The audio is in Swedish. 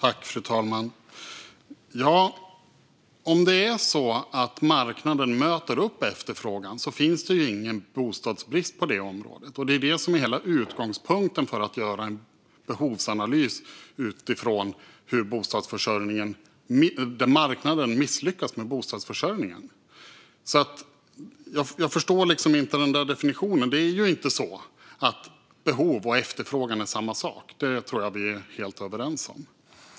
Fru talman! Om det är så att marknaden möter upp efterfrågan finns det ju ingen bostadsbrist på det området. Det är det som är hela utgångspunkten för en behovsanalys utifrån hur marknaden misslyckats med bostadsförsörjningen. Jag förstår alltså inte den där definitionen; det är ju inte så att behov och efterfrågan är samma sak. Det tror jag att vi är helt överens om.